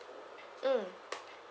mm